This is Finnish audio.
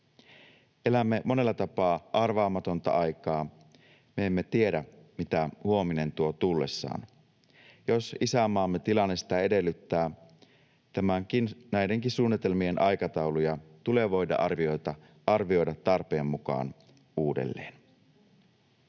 Elämme monella tapaa arvaamatonta aikaa. Me emme tiedä, mitä huominen tuo tullessaan. Jos isänmaamme tilanne sitä edellyttää, näidenkin suunnitelmien aikatauluja tulee voida arvioida tarpeen mukaan uudelleen.